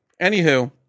Anywho